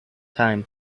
time